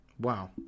Wow